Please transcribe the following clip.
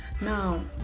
Now